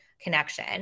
connection